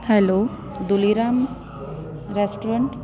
hello Duleram restaurant